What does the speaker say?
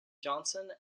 johnson